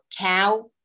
cow